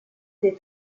des